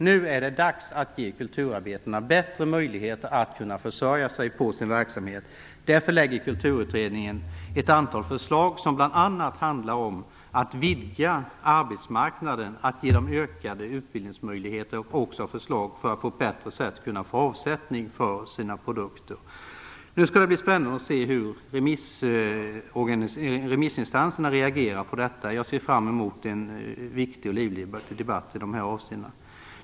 Nu är det dags att ge kulturarbetarna bättre möjligheter att försörja sig på sin verksamhet. Därför lägger Kulturutredningen fram ett antal förslag som bl.a. handlar om att vidga arbetsmarknaden och att ge dem ökade utbildningsmöjligheter. Vidare framläggs förslag för att de på ett bättre sätt skall kunna få avsättning för sina produkter. Nu skall det bli spännande att se hur remissinstanserna kommer att reagera på detta. Jag ser fram emot en viktig och livlig debatt i detta avseende.